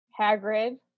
Hagrid